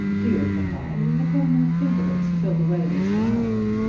dear papa, you had better not think of it till the weather is milder.